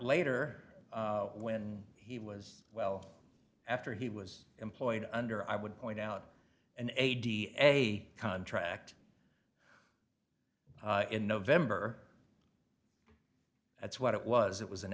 later when he was well after he was employed under i would point out an aide a contract in november that's what it was it was an